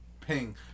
Ping